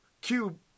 Cube